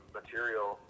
material